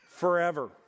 forever